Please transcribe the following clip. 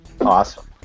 Awesome